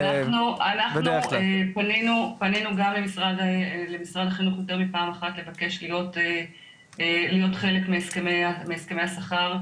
אנחנו פנינו למשרד החינוך יותר מפעם אחת לבקש להיות חלק בהסכמי השכר.